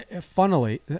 funnily